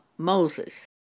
Moses